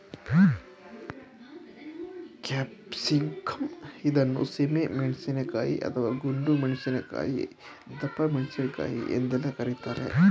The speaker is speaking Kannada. ಕ್ಯಾಪ್ಸಿಕಂ ಇದನ್ನು ಸೀಮೆ ಮೆಣಸಿನಕಾಯಿ, ಅಥವಾ ಗುಂಡು ಮೆಣಸಿನಕಾಯಿ, ದಪ್ಪಮೆಣಸಿನಕಾಯಿ ಎಂದೆಲ್ಲ ಕರಿತಾರೆ